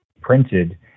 printed